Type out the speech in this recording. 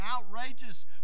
outrageous